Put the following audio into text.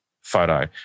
photo